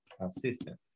assistant